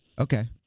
okay